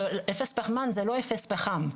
אפס פחמן זה לא אפס פחם,